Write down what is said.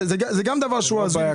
זה גם דבר הזוי.